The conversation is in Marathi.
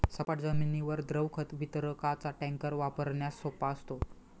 सपाट जमिनीवर द्रव खत वितरकाचा टँकर वापरण्यास सोपा असतो